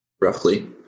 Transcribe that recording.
roughly